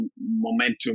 momentum